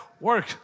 work